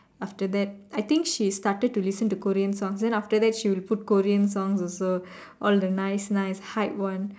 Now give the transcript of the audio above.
after that I think she's started to listen to Korean songs then after that she will put Korean songs also all the nice nice hype one